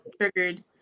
triggered